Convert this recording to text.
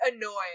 annoying